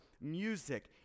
music